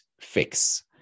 fix